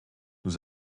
nous